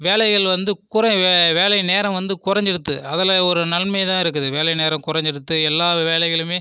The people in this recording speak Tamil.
வேலைகள் வந்து குறை வேலை நேரம் வந்து குறைஞ்சிடுத்து அதில் ஒரு நன்மைதான் இருக்குது வேலை நேரம் குறைஞ்சிடுத்து எல்லா வேலைகளும்